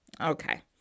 okay